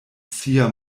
sia